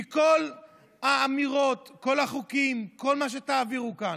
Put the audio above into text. כי כל האמירות, כל החוקים, כל מה שתעבירו כאן,